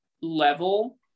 level